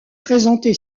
présenté